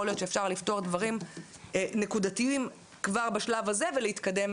יכול להיות שאפשר לפתור דברים נקודתיים כבר בשלב הזה ולהתקדם.